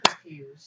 confused